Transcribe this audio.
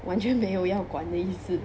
完全没有要管的意思